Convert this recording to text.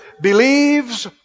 Believes